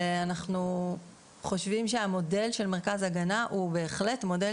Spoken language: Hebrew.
אנחנו חושבים שהמודל של מרכז הגנה הוא בהחלט מודל